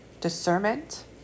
discernment